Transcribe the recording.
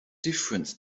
difference